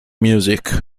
music